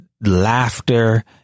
laughter